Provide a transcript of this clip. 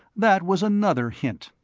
that was another hint.